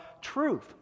truth